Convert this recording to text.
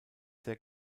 sehr